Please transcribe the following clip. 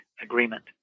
agreement